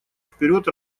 вперед